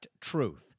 Truth